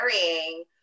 carrying